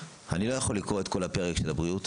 אני לא יכול לקרוא את כל הפרק של הבריאות,